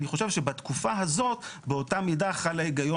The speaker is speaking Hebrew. אני חושב שבתקופה הזאת באותה מידה חל ההיגיון